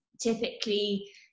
typically